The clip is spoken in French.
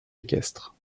équestre